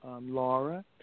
Laura